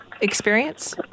experience